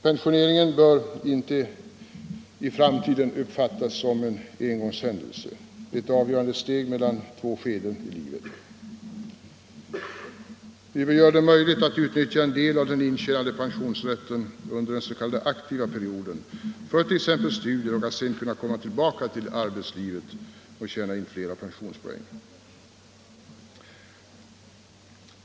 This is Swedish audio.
Pensioneringen bör i framtiden inte uppfattas som en engångshändelse, ett avgörande steg mellan två skeden i livet. Vi bör göra det möjligt att utnyttja en del av den intjänade pensionsrätten under den s.k. aktiva perioden, för t.ex. studier, och sedan komma tillbaka till arbetslivet och tjäna in fler pensionspoäng.